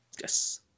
yes